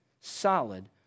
solid